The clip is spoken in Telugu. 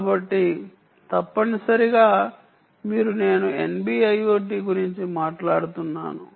కాబట్టి తప్పనిసరిగా మీరు నేను NB IoT గురించి మాట్లాడుతున్నాను